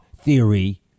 theory